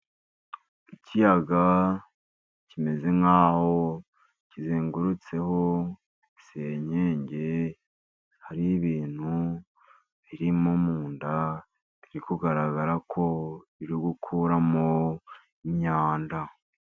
Ikiyaga kimeze nk'aho kizengurutseho senyenge, hari ibintu birimo mu nda, biri kugaragara ko biri gukuramo imyanda.